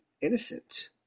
innocent